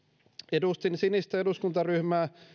edustin sinistä eduskuntaryhmää